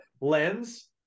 lens